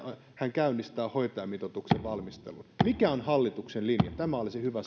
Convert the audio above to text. käynnistää hoitajamitoituksen valmistelun mikä on hallituksen linja tämä olisi hyvä